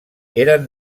eren